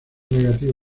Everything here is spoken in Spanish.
negativo